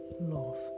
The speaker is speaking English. love